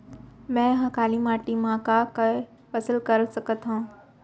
मै ह काली माटी मा का का के फसल कर सकत हव?